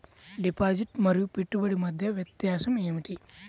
Deposit మరియు పెట్టుబడి మధ్య వ్యత్యాసం ఏమిటీ?